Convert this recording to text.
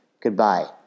goodbye